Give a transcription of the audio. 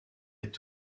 est